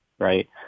Right